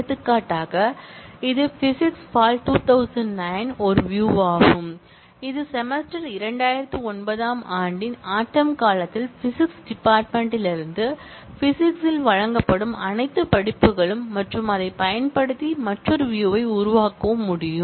எடுத்துக்காட்டாக இது physics fall 2009 ஒரு வியூயாகும் இது செமஸ்டர் 2009 ஆம் ஆண்டின் ஆட்டம் காலத்தில் பிசிக்ஸ் டிபார்ட்மென்ட் யிலிருந்து பிசிக்ஸ் ல் வழங்கப்படும் அனைத்து படிப்புகளும் மற்றும் அதைப் பயன்படுத்தி மற்றொரு வியூயை உருவாக்க முடியும்